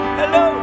hello